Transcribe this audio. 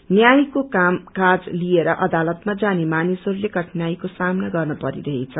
न्यायको काम काज लिएर अदालतामा जाने मानिसहरूले कठिानाईको सामना गर्न परिरहेछ